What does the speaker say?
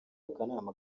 akanama